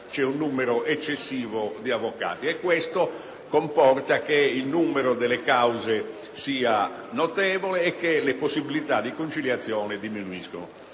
c'è un numero eccessivo di avvocati; questo comporta che il numero delle cause sia notevole e che le possibilità di conciliazione diminuiscano.